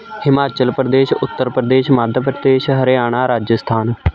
Himachal Pradesh Uttar Pradesh Madhya Pradesh Haryana Rajasthan